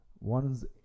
one's